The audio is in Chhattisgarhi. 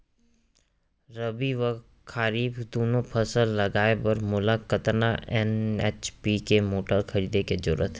रबि व खरीफ दुनो फसल लगाए बर मोला कतना एच.पी के मोटर खरीदे के जरूरत हे?